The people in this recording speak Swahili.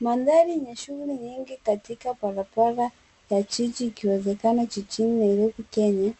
Mandhari yenye shughuli nyingi katika barabara ya jiji ikiwezekana jijini nairobi kenya